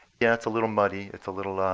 yeah, it's a little muddy. it's a little